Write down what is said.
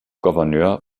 gouverneur